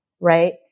right